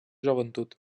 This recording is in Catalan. joventut